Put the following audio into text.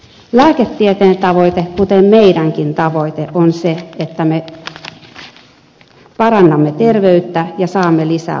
lääketieteen tavoite kuten meidänkin tavoitteemme on se että me parannamme terveyttä ja saamme lisää vuosia